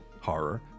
horror